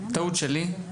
טעות שלי.